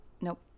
Nope